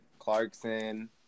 Clarkson